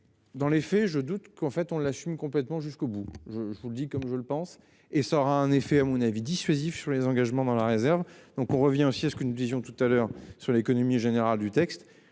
Dans les faits, je doute qu'en fait on l'assume complètement jusqu'au bout, je vous le dis comme je le pense et ça aura un effet à mon avis dissuasif sur les engagements dans la réserve. Donc on revient aussi ce que nous disions tout à l'heure sur l'économie générale du texte